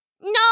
No